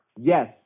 Yes